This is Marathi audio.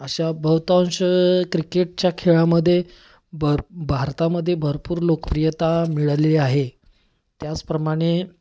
अशा बहुतांश क्रिकेटच्या खेळामध्ये भर भारतामध्ये भरपूर लोकप्रियता मिळाली आहे त्याचप्रमाणे